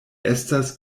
estas